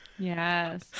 Yes